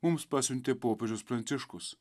mums pasiuntė popiežius pranciškus